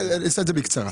אעשה בקצרה.